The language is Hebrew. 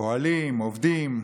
פועלים, עובדים,